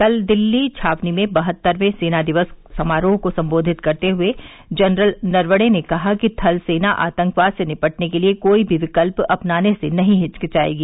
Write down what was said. कल दिल्ली छावनी में बहत्तर्वे सेना दिवस समारोह को संबोधित करते हुए जनरल नरवणे ने कहा कि थल सेना आतंकवाद से निपटने के लिए कोई भी विकल्प अपनाने से नहीं हिचकिचाएगी